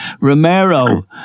Romero